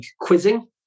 quizzing